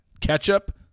Ketchup